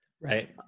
Right